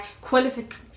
qualification